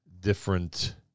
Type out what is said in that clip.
different